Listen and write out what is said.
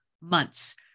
months